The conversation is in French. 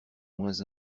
moins